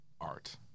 art